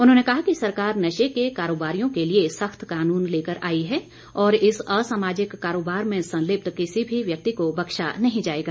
उन्होंने कहा कि सरकार नशे के कारोबारियों के लिए सख्त कानून लेकर आई है और इस असामाजिक कारोबार में संलिप्त किसी भी व्यक्ति को बख्शा नही जाएगा